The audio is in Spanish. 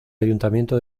ayuntamiento